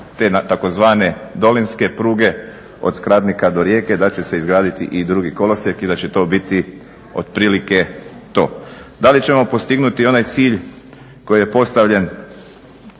te tzv. dolinske pruge od Skradnika do Rijeke da će se izgraditi i drugi kolosijek i da će to biti otprilike to. Da li ćemo postignuti onaj cilj koji je postavljen